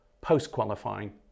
post-qualifying